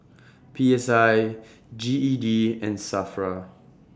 P S I G E D and SAFRA